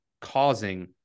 causing